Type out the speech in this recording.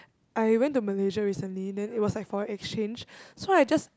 I went to Malaysia recently then it was like for exchange so I just